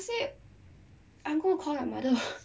I said I'm gonna call your